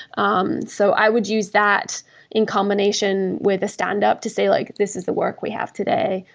um so i would use that in combination with a standup to say, like this is the work we have today.